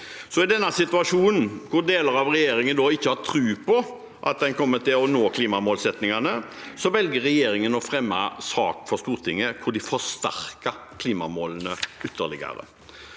I denne situasjonen, hvor deler av regjeringen ikke har tro på at en kommer til å nå klimamålsettingene, velger regjeringen å fremme sak for Stortinget hvor de forsterker klimamålene ytterligere.